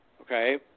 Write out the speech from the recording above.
Okay